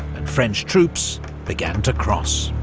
and french troops began to cross.